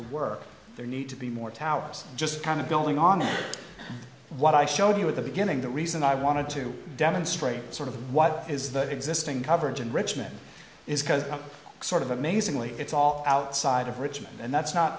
to work there need to be more towers just kind of going on and what i showed you at the beginning the reason i wanted to demonstrate sort of what is that existing coverage in richmond is because it's sort of amazingly it's all outside of richmond and that's not